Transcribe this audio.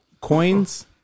coins